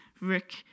Rick